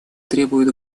требует